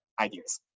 ideas